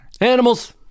Animals